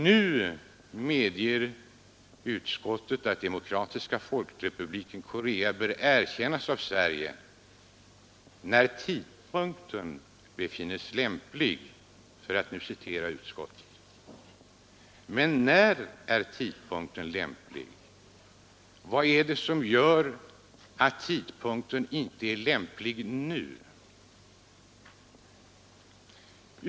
Nu medger utskottet att Demokratiska folkrepubliken Korea bör erkännas av Sverige ”när tidpunkten befinnes lämplig”, för att citera utskottet. Men när är tidpunkten lämplig? Vad är det som gör att tidpunkten inte är lämplig nu?